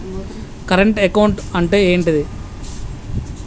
Current account అంటే ఏంటిది?